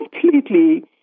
completely